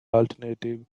alternative